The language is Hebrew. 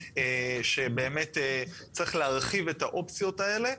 שבאמת צריך להרחיב את האופציות האלה.